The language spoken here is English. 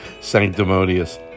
sanctimonious